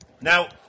Now